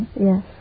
yes